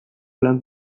lan